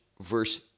verse